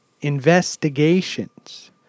investigations